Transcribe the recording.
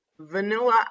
Vanilla